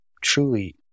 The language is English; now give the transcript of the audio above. Truly